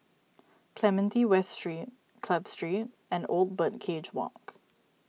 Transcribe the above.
Clementi West Street Club Street and Old Birdcage Walk